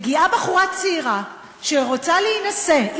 מגיעה בחורה צעירה שרוצה להינשא,